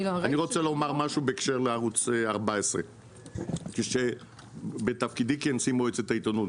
אני רוצה לומר משהו בהקשר לערוץ 14. בתפקידי כנשיא מועצת העיתונות,